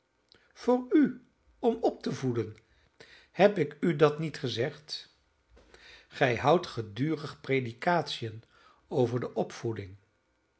voor u om op te voeden heb ik u dat niet gezegd gij houdt gedurig predikatiën over de opvoeding